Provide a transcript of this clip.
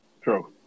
True